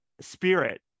spirit